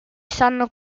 sanno